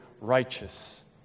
righteous